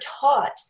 taught